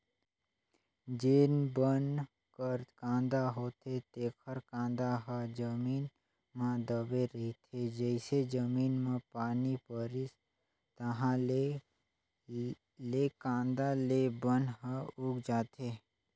जेन बन कर कांदा होथे तेखर कांदा ह जमीन म दबे रहिथे, जइसे जमीन म पानी परिस ताहाँले ले कांदा ले बन ह उग जाथे